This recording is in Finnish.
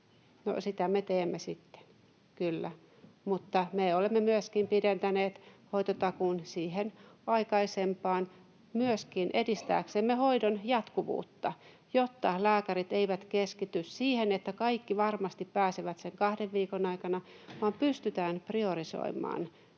sitä me teemme sitten, kyllä, mutta me olemme myöskin pidentäneet hoitotakuun siihen aikaisempaan myöskin edistääksemme hoidon jatkuvuutta, jotta lääkärit eivät keskity siihen, että kaikki varmasti pääsevät sen kahden viikon aikana, vaan pystytään priorisoimaan ja